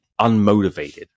unmotivated